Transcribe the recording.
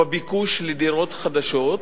בביקוש לדירות חדשות,